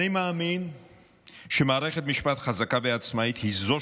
אני מאמין ש"מערכת משפט חזקה ועצמאית היא זו